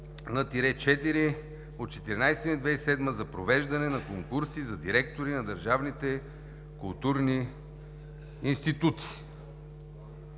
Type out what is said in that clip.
14 юни 2007 г. за провеждане на конкурси за директори на държавните културни институти.